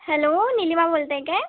hello Nilima बोलते आहे काय